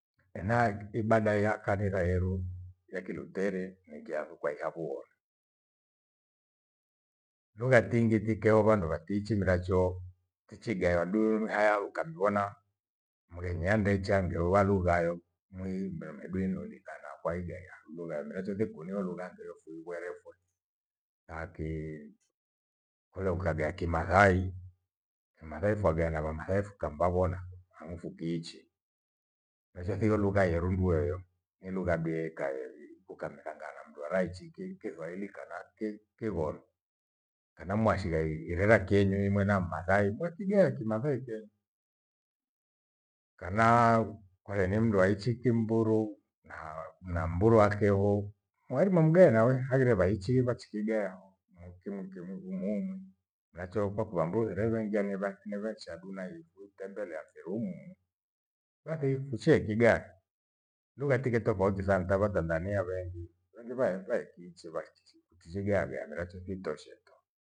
Ena ibada ya kanitha yeru ya kirutheri ni kyathu kwahia vughonu. Lugha tingi tikeo vandu vatiichi miracho tichighaya dululuhaya ukamivona mwinyi andechange uvalughayo mwimbue medui nolitakwai gari hiya ruwemiracho thiku niwe lugha nduefu ngurefu. Akii, kule mkaghea kimathai, kimathai fangea na vamathai vukavambona hangu futiiche. Mecho thighe lugha yerundue heo ni lugha mbie iikae iivuka mithanga na mndu araichike kiswahili kana ki- kighono. Kena mwashighe ihi iregha kyenywi mwena mmathai mwethigia kimathai kenyi. Kanaa kwai ni mndu waichi kimburu na- na mmburu akevo waherima mghae nawe haire vaichi vachikigeho mokio mokio mughuhumwi miracho kwakua mndu herera naingia nevaki nevacha hadu nayio kutembelea veru umumu vathi kuchee kigaya. Lugha tike tofauti za mtava Tanzania vengi, vengi vae- vaekwichi vae kichi tichi ghae- gae meracho thitosheto